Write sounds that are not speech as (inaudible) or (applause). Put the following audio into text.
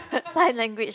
(laughs) sign language